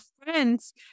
friends